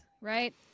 right